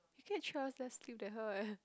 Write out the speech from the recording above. you get 3 hours less sleep than her eh